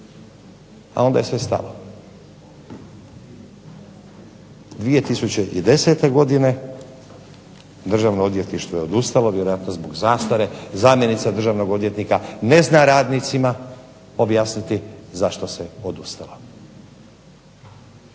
a onda je sve stalo. 2010. godine Državno odvjetništvo je odustalo, vjerojatno zbog zastare, zamjenica državnog odvjetnika ne zna radnicima objasniti zašto se odustalo.